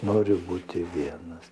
noriu būti vienas